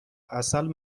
عسل